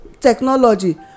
technology